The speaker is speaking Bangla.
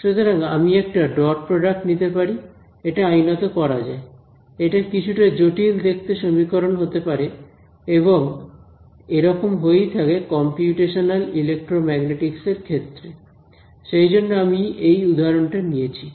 সুতরাং আমি একটা ডট প্রডাক্ট নিতে পারি এটা আইনত করা যায় এটা কিছুটা জটিল দেখতে সমীকরণ হতে পারে এবং এরকম হয়েই থাকে কম্পিউটেশনাল ইলেক্ট্রোম্যাগনেটিকস এর ক্ষেত্রে সেই জন্য আমি এই উদাহরণটা নিয়েছি